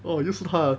oh 又是她 ah